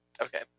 Okay